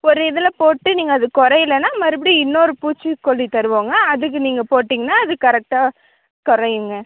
ஒரு இதில் போட்டு நீங்கள் அது குறையிலனா மறுபடியும் இன்னோரு பூச்சிக்கொல்லி தருவங்க அதுக்கு நீங்கள் போட்டிங்கனா அது கரெக்டாக குறையுங்க